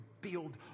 build